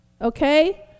Okay